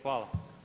Hvala.